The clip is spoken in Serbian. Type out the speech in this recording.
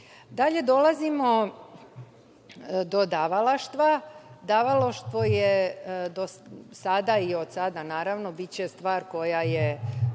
dolazimo do davalaštva. Davalaštvo je do sada i od sada, naravno, biće stvar koja je